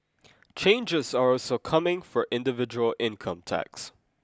changes are also coming for individual income tax